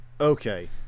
okay